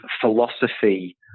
philosophy